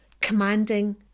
commanding